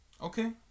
Okay